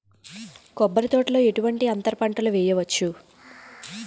కొబ్బరి తోటలో ఎటువంటి అంతర పంటలు వేయవచ్చును?